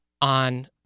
on